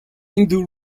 hindu